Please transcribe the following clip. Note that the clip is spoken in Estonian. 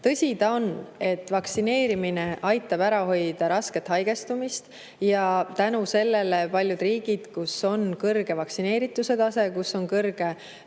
Tõsi ta on, et vaktsineerimine aitab ära hoida rasket haigestumist ja tänu sellele on paljudel riikidel, kus on kõrge vaktsineerituse tase, kõrge